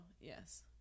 yes